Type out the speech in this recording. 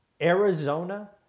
Arizona